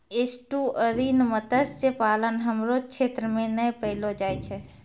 estuarine मत्स्य पालन हमरो क्षेत्र मे नै पैलो जाय छै